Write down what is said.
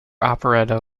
operetta